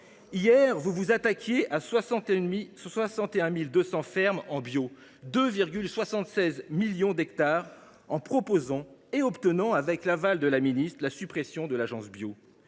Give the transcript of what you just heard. Hier, vous vous attaquiez à 61 200 fermes en bio, pour 2,76 millions d’hectares, en proposant, et en obtenant, avec l’aval de la ministre, la suppression de l’Agence